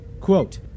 quote